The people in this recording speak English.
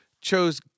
chose